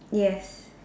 yes